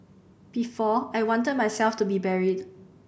before I wanted myself to be buried